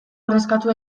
ordezkatu